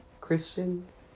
Christians